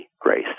grace